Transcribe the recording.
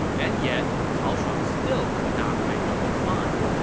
and yet, cao shuang still could not make up his mind.